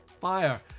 fire